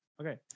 Okay